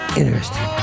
interesting